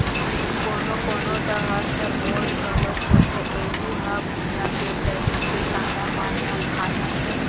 कोनो कोनो डहर खरगोस घलोक होथे ऐहूँ ह भुइंया के तरी के कांदा मन ल खा जाथे